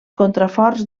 contraforts